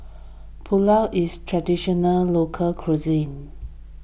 Pulao is Traditional Local Cuisine